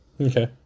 Okay